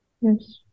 Yes